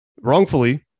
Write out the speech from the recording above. wrongfully